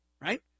right